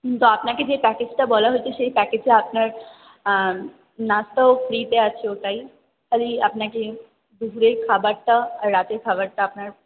কিন্তু আপনাকে যে প্যাকেজটা বলা হচ্ছে সেই প্যাকেজে আপনার নাস্তাও ফ্রিতে আছে ওটাই খালি আপনাকে দুপুরের খাবারটা আর রাতের খাবারটা আপনার